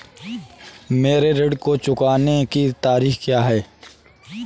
मेरे ऋण को चुकाने की तारीख़ क्या है?